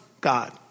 God